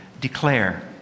declare